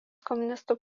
komunistų